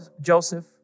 Joseph